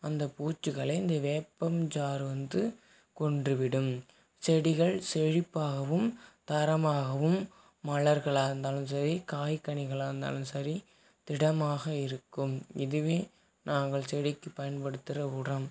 அந்த பூச்சிகளை இந்த வேப்பஞ்சாறு வந்து கொன்றுவிடும் செடிகள் செழிப்பாகவும் தரமாகவும் மலர்களாக இருந்தாலும் சரி காய்கனிகளாக இருந்தாலும் சரி திடமாக இருக்கும் இதுவே நாங்கள் செடிக்கு பயன்படுத்துகிற உரம்